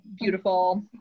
beautiful